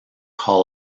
hall